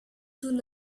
soon